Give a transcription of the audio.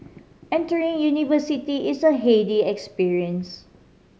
entering university is a heady experience